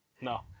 no